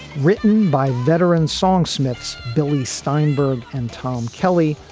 written by veteran song smiths billy steinberg and tom kelly,